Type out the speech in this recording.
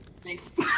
Thanks